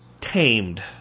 tamed